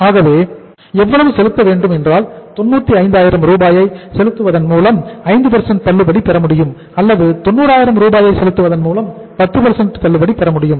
ஆகவே எவ்வளவு செலுத்த வேண்டும் என்றால் 95000 ரூபாயை செலுத்துவதன் மூலம் 5 தள்ளுபடி பெற முடியும் அல்லது 90000 ரூபாயை செலுத்துவதன் மூலம் 10 தள்ளுபடி பெற முடியும்